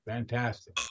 Fantastic